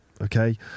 okay